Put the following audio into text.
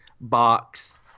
box